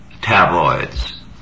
tabloids